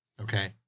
Okay